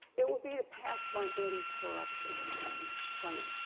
it would be to pass my eighty corruption plan.